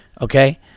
Okay